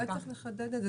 אולי צריך לחדד את זה.